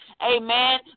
amen